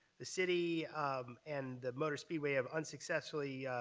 the city and the motor speedway have unsuccessfully